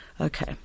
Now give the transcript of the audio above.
Okay